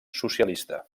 socialista